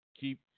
Keep